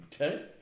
Okay